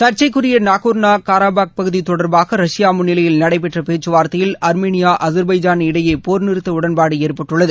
சா்ச்சைக்குரிய Nagorno Karabakh பகுதி தொடா்பாக Russia முன்னிலையில் நடைபெற்ற பேச்சுவா்த்தையில் ஆர்மேனியா அச்பைஜான் இடையே போர் நிறுத்த உடன்பாடு ஏற்பட்டுள்ளது